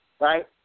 right